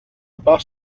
bus